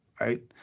right